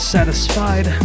Satisfied